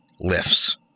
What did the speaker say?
lifts